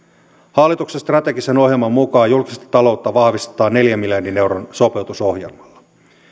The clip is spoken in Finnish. hallituksen strategisen ohjelman mukaan julkista taloutta vahvistetaan neljän miljardin euron sopeutusohjelmalla